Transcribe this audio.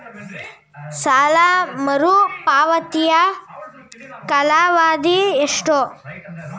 ಸಾಲ ಮರುಪಾವತಿಯ ಕಾಲಾವಧಿ ಎಷ್ಟು?